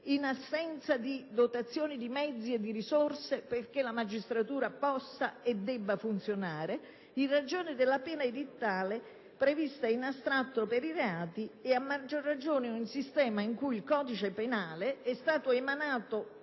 in assenza di dotazioni di mezzi e di risorse perché la magistratura possa e debba funzionare, in ragione della pena edittale prevista in astratto per i reati e, a maggior ragione, in un sistema in cui il codice penale è stato emanato